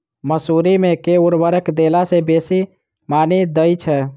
मसूरी मे केँ उर्वरक देला सऽ बेसी मॉनी दइ छै?